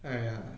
!aiya!